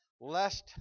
Lest